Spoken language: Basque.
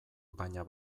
baina